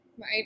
Right